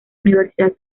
universidad